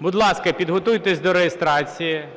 Будь ласка, підготуйтесь до реєстрації.